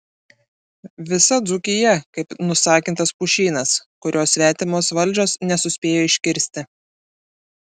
visa dzūkija kaip nusakintas pušynas kurio svetimos valdžios nesuspėjo iškirsti